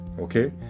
Okay